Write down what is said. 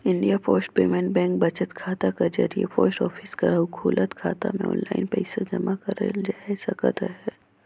India post payment bank बचत खाता कर जरिए पोस्ट ऑफिस कर अउ खुलल खाता में आनलाईन पइसा जमा करल जाए सकत अहे